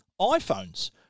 iPhones